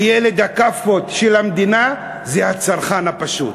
וילד הכאפות של המדינה זה הצרכן הפשוט.